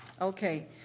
Okay